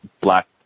black